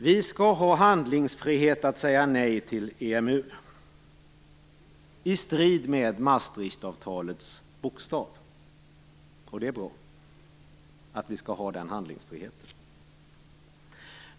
Vi skall ha handlingsfrihet att säga nej till EMU i strid med Maastrichtavtalets bokstav. Det är bra att vi skall ha den handlingsfriheten.